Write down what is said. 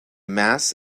mass